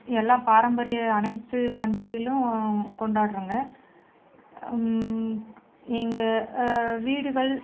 எல்லாம் பாரம்பரிய அனைத்து பண்டிகைகளும் கொண்டாடுறாங்க இங்கே வீடுகள்